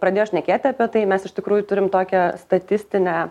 pradėjo šnekėti apie tai mes iš tikrųjų turim tokią statistinę